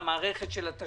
הממשלה צריכה להיות בעניין,